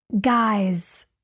guys